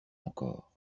encore